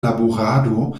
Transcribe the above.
laborado